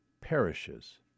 perishes